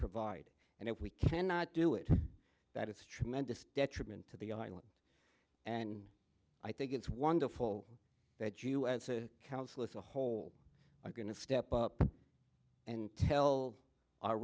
provide and if we cannot do it that it's tremendous detriment to the island and i think it's wonderful that you as a council as a whole are going to step up and tell our